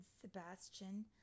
Sebastian